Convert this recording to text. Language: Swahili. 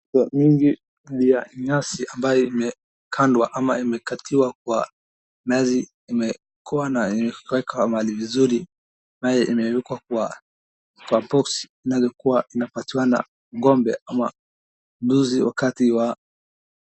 wingi ya nyasi ambayo imekandwa ama imekatiwa kwa imekuwa na imewekwa mahali vizuri ambayo imewekwa kwa kwa box inayokuwa inapatiwa na ng'ombe ama mbuzi wakati wa